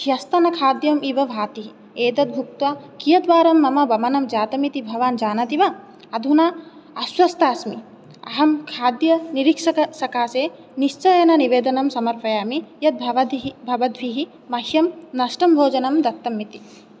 ह्यस्तनखाद्यम् इव भाति एतद् भुक्त्वा कीयद्वारं मम वमनं जातमिति भवान् जानाति वा अधुना अस्वस्थास्मि अहम् खाद्यनिरीक्षकसकाशे निश्चयेन निवेदनं समर्पयामि यत् भवत् भि भवद्भिः मह्यं नष्टम् भोजनं दत्तमिति